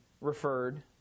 referred